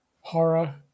horror